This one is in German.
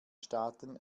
staaten